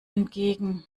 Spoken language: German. entgegen